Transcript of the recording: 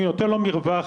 אני נותן לו מרווח